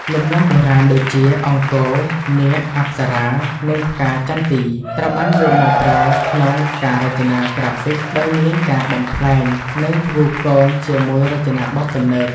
លំនាំបុរាណដូចជា អង្គរ នាគ អប្សរា និងផ្កាចន្ទី ត្រូវបានយកមកប្រើក្នុងការរចនាក្រាហ្វិកដោយមានការបំប្លែង និងផ្គូផ្គងជាមួយរចនាបថទំនើប។